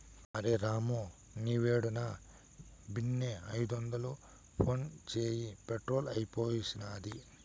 అరె రామూ, నీవేడున్నా బిన్నే ఐదొందలు ఫోన్పే చేయి, పెట్రోలు అయిపూడ్సినాది